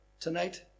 tonight